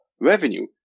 revenue